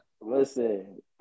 Listen